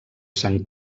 sant